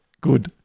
good